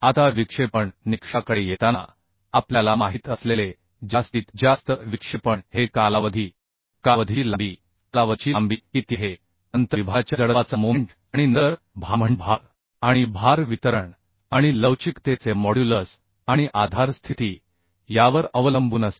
आता विक्षेपण निकषाकडे येताना आपल्याला माहित असलेले जास्तीत जास्त विक्षेपण हे कालावधी कालावधीची लांबी कालावधीची लांबी किती आहे नंतर विभागाच्या जडत्वाचा मोमेंट आणि नंतर भार म्हणजे भार आणि भार वितरण आणि लवचिकतेचे मॉड्युलस आणि आधार स्थिती यावर अवलंबून असते